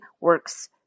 works